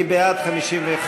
מי בעד 51?